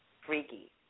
freaky